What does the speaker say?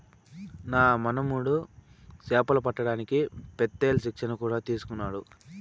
నా మనుమడు చేపలు పట్టడానికి పెత్తేల్ శిక్షణ కూడా తీసుకున్నాడు